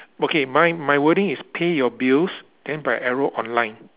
okay mine my wording is pay your bills then by arrow online